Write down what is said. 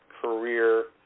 career